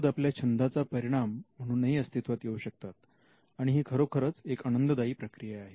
शोध आपल्या छंदाचा परिणाम म्हणूनही अस्तित्वात येऊ शकतात आणि ही खरोखरच एक आनंददायी प्रक्रिया आहे